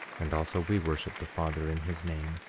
and also we worship the father in his name.